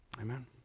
Amen